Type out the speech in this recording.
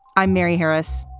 i'm mary harris.